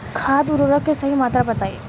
खाद उर्वरक के सही मात्रा बताई?